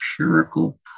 empirical